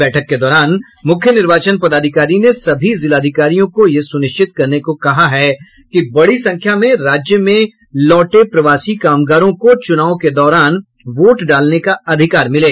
बैठक के दौरान मुख्य निर्वाचन पदाधिकारी ने सभी जिलाधिकारियों को यह सुनिश्चित करने को कहा है कि बड़ी संख्या में राज्य में लौटे प्रवासी कामगारों को चुनाव के दौरान वोट डालने का अधिकार मिले